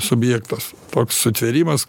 subjektas toks sutvėrimas